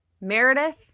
meredith